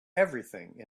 everything